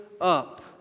up